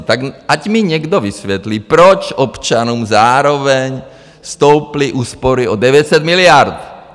Tak ať mi někdo vysvětlí, proč občanům zároveň stouply úspory o 900 miliard.